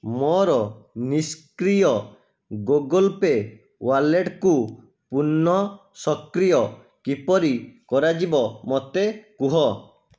ମୋର ନିଷ୍କ୍ରିୟ Google Pay ୱାଲେଟ୍କୁ ପୁନଃ ସକ୍ରିୟ କିପରି କରାଯିବ ମୋତେ କୁହ